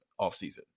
offseason